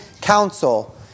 council